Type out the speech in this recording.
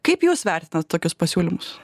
kaip jūs vertinat tokius pasiūlymus